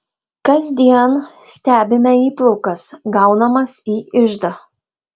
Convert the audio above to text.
kasdien stebime įplaukas gaunamas į iždą